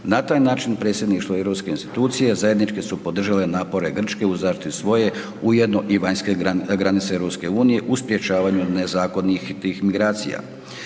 Na taj način predsjedništvo europske institucije zajednički su podržali napore Grčke u zaštiti svoje ujedno i vanjske granice EU u sprječavanju nezakonitih migracija.